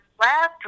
last